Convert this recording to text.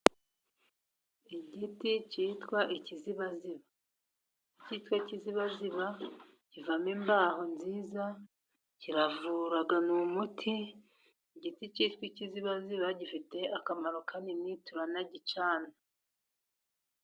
Igiti cyitwa ikizibaziba cyitwa ikizibaziba kivamo imbaho nziza. Kiravura ni umuti, igiti cyitwa ikizibaziba gifite akamaro kanini turanagicana.